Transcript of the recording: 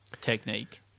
technique